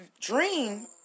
dream